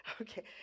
Okay